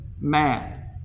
man